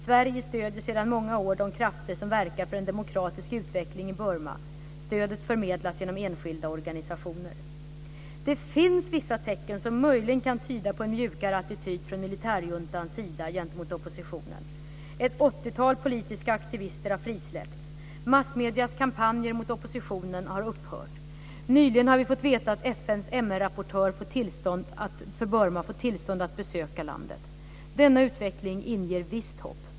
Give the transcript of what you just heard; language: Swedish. Sverige stöder sedan många år de krafter som verkar för en demokratisk utveckling i Det finns vissa tecken som möjligen kan tyda på en mjukare attityd från militärjuntans sida gentemot oppositionen. Ett 80-tal politiska aktivister har frisläppts. Massmediernas kampanjer mot oppositionen har upphört. Nyligen har vi fått veta att FN:s MR rapportör för Burma fått tillstånd att besöka landet. Denna utveckling inger visst hopp.